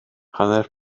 hanner